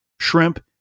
shrimp